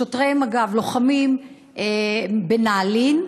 שוטרי מג"ב, לוחמים, בנעלין.